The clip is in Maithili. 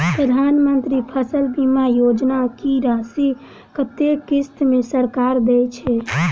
प्रधानमंत्री फसल बीमा योजना की राशि कत्ते किस्त मे सरकार देय छै?